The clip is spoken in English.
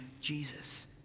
Jesus